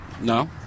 No